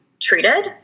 treated